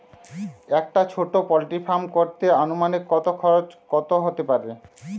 একটা ছোটো poultry farm করতে আনুমানিক কত খরচ কত হতে পারে?